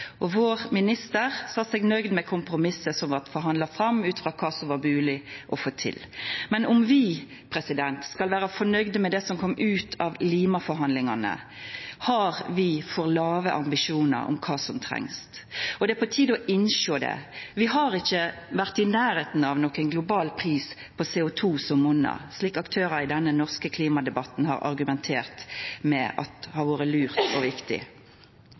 Vår minister sa seg nøgd med kompromisset som blei forhandla fram, ut frå kva som var mogleg å få til. Men om vi skal vera fornøgde med det som kom ut av Lima-forhandlingane, har vi for låge ambisjonar om kva som trengst, og det er på tide å innsjå det. Vi har ikkje vore i nærleiken av nokon global pris på CO2 som monnar, slik aktørar i den norske klimadebatten har argumentert med hadde vore lurt og viktig.